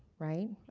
right.